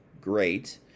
great